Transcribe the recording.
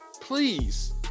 please